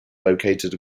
located